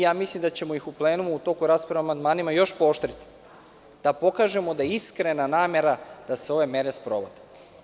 Ja mislim da ćemo ih u plenumu, u toku rasprave o amandmanima još pooštriti, da pokažemo da je iskrena namera da se ove mere sprovode.